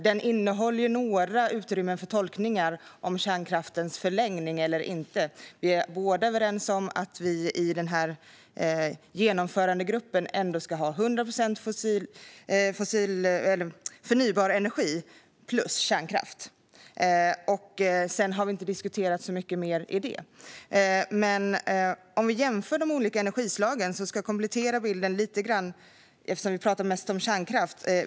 Den innehåller visst utrymme för tolkning av kärnkraftens förlängning eller inte, men i genomförandegruppen är vi överens om att vi ska ha 100 procent förnybar energi plus kärnkraft. Så mycket mer har vi inte diskuterat. Vi kan jämföra de olika energislagen, och jag ska komplettera bilden lite grann, eftersom vi pratar mest om kärnkraft.